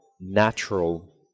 natural